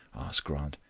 asked grant.